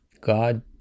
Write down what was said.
God